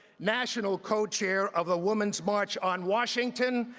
national co-chair of the women's march on washington,